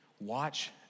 Watch